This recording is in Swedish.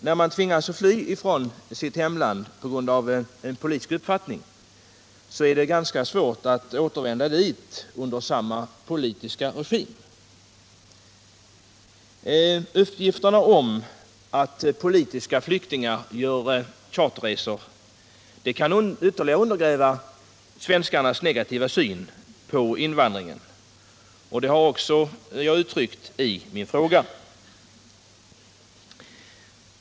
När man tvingas flytta från sitt hemland på grund av en politisk uppfattning är det ganska svårt att återvända dit under samma politiska regim. Uppgifterna om att politiska flyktingar gör charterresor kan ytterligare undergräva svenskarnas negativa syn på invandringen. Det har jag också uttryckt i min fråga.